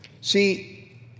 See